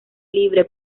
libre